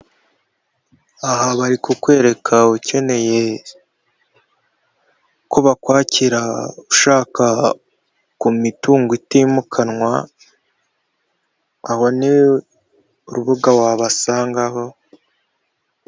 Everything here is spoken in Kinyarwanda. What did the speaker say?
Aha bari kukwereka ukeneye ko bakwakira ushaka ku mitungo itimukanwa aba ni urubuga wabasangaho.